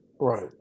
right